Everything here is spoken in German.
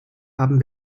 haben